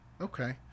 Okay